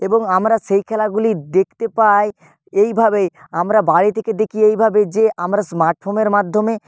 এবং আমরা সেই খেলাগুলি দেখতে পাই এইভাবেই আমরা বাড়ি থেকে দেখি এইভাবে যে আমরা স্মার্টফোনের মাধ্যমে